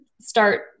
start